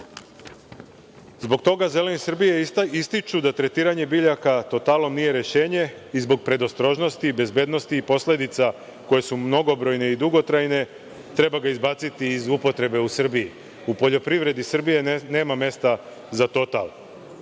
toga, Zeleni Srbije ističu da tretiranje biljaka totalom nije rešenje i zbog predostrožnosti i bezbednosti i posledica koje su mnogobrojne i dugotrajne treba ga izbaciti iz upotrebe u Srbiji. U poljoprivredi Srbije nema mesta za total.